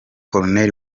col